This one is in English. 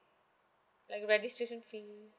like registration fee